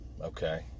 okay